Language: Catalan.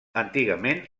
antigament